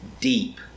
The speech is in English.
deep